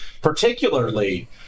particularly